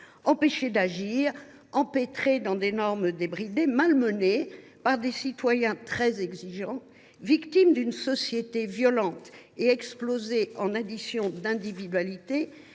Empêchés d’agir, empêtrés dans des normes débridées, malmenés par des citoyens très exigeants, victimes d’une société violente et explosée en une addition d’individualités,